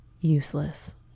useless